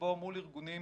שפה מול ארגונים